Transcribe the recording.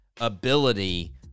ability